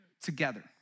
together